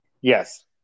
Yes